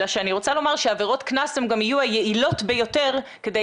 אלא אני רוצה לומר שעבירות קנס גם יהיו היעילות ביותר כדי